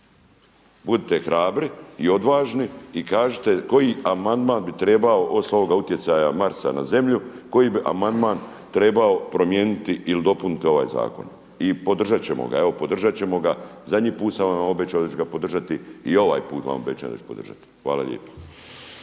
budite hrabri i odvažni i kažite koji amandman bi trebao osim ovog utjecaja Marsa na Zemlju, koji bi amandman trebao promijeniti ili dopuniti ovaj zakon? I podržat ćemo ga, evo podržat ćemo ga. Zadnji put sam vam obećao da ću ga podržati i ovaj put vam obećajem da ću podržati. Hvala.